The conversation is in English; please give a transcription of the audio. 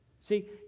See